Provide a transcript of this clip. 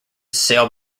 sail